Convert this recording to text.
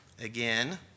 again